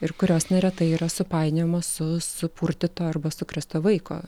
ir kurios neretai yra supainiojamos su supurtyto arba sukrėsto vaiko